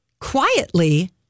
quietly